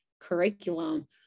curriculum